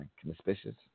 Conspicuous